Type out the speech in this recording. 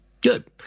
Good